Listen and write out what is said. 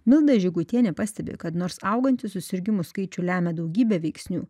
milda žygutienė pastebi kad nors augantį susirgimų skaičių lemia daugybė veiksnių